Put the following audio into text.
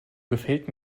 gefällt